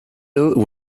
ill